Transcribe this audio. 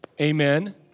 Amen